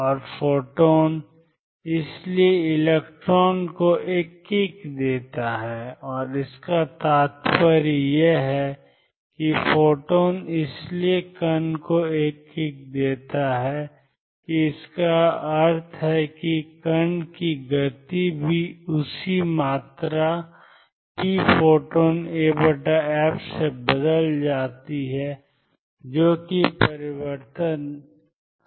और फोटॉन इसलिए इलेक्ट्रॉन को एक किक देता है और इसका तात्पर्य यह है कि फोटॉन इसलिए कण को एक किक देता है और इसका अर्थ है कि कण की गति भी उसी मात्रा pphotonaf से बदलती है जो कि परिवर्तन है